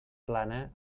plana